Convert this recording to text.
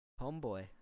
Homeboy